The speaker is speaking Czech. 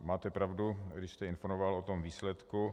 Máte pravdu, když jste informoval o tom výsledku.